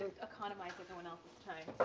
economize everyone else's time.